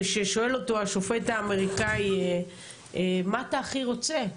כששואל אותו השופט האמריקאי מה אתה הכי רוצה,